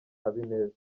habineza